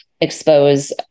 expose